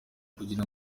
kugira